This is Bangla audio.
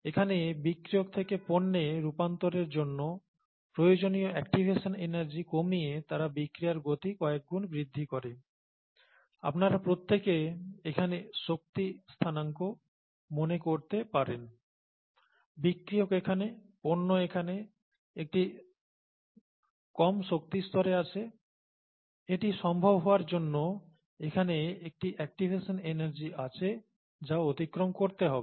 এখানে বিক্রিয়ক থেকে পণ্যে রূপান্তরের জন্য প্রয়োজনীয় অ্যাক্টিভেশন এনার্জি কমিয়ে তারা বিক্রিয়ার গতি কয়েকগুণ বৃদ্ধি করে আপনারা প্রত্যেকে এখানে শক্তি স্থানাংক মনে করতে পারেন বিক্রিয়ক এখানে পণ্য এখানে একটি কম শক্তিস্তরে আছে এটি সম্ভব হওয়ার জন্য এখানে একটি অ্যাক্টিভেশন এনার্জি আছে যা অতিক্রম করতে হবে